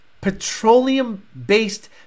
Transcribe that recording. petroleum-based